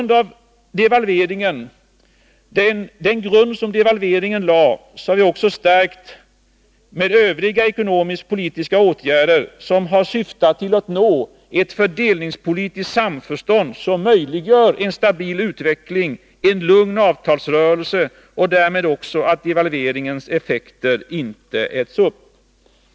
Den grund som devalveringen lade har vi stärkt med övriga ekonomiskpolitiska åtgärder som främst syftat till att nå ett fördelningspolitiskt samförstånd, som möjliggör en stabil utveckling och en lugn avtalsrörelse och därmed också att devalveringens effekter inte äts upp.